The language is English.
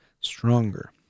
stronger